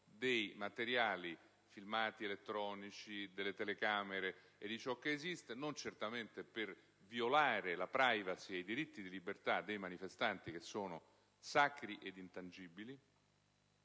dei materiali filmati elettronici, delle telecamere, e così via, certamente non per violare la *privacy* e i diritti di libertà dei manifestanti, che sono sacri e intangibili,